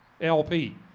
LP